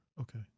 Okay